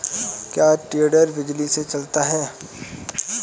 क्या टेडर बिजली से चलता है?